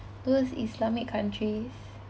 those islamic countries